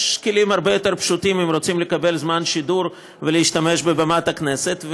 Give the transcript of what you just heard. יש כלים הרבה יותר פשוטים אם רוצים לקבל זמן שידור ולהשתמש בבמת הכנסת.